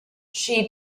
she